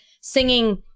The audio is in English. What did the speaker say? singing